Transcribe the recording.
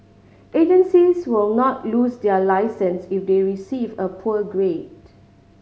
agencies will not lose their licence if they receive a poor grade